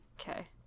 okay